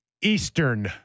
Eastern